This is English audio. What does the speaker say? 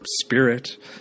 spirit